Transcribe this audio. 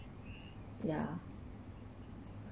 ya